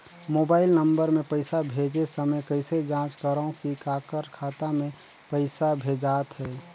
Mobile number मे पइसा भेजे समय कइसे जांच करव की काकर खाता मे पइसा भेजात हे?